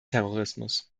terrorismus